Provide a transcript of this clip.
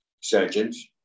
surgeons